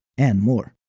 and more.